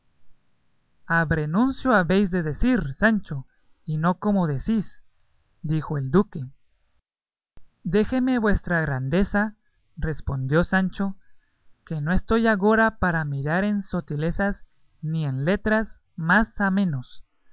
abernuncio abrenuncio habéis de decir sancho y no como decís dijo el duque déjeme vuestra grandeza respondió sancho que no estoy agora para mirar en sotilezas ni en letras más a menos